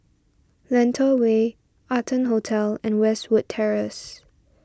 Lentor Way Arton Hotel and Westwood Terrace